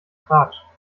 tratsch